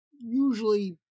usually